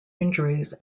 injuries